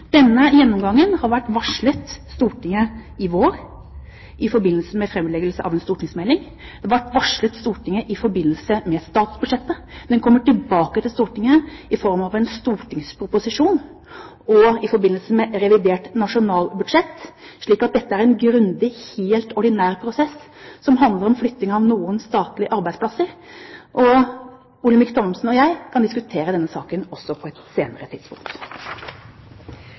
Denne gjennomgangen ble varslet Stortinget i vår, i forbindelse med framleggelse av en stortingsmelding, den ble varslet Stortinget i forbindelse med statsbudsjettet, og den kommer tilbake til Stortinget i form av en stortingsproposisjon og i forbindelse med revidert nasjonalbudsjett, så dette er en grundig, helt ordinær prosess som handler om flytting av noen statlige arbeidsplasser. Olemic Thommessen og jeg kan diskutere denne saken også på et senere tidspunkt.